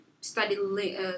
study